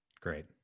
Great